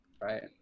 Right